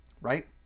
right